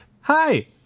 hi